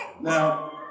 Now